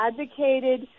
advocated